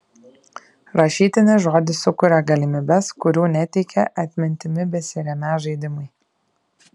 rašytinis žodis sukuria galimybes kurių neteikė atmintimi besiremią žaidimai